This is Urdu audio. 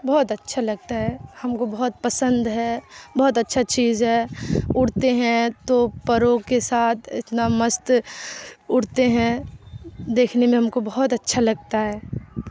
بہت اچھا لگتا ہے ہم کو بہت پسند ہے بہت اچھا چیز ہے اڑتے ہیں تو پروں کے ساتھ اتنا مست اڑتے ہیں دیکھنے میں ہم کو بہت اچھا لگتا ہے